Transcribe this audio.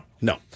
No